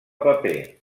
paper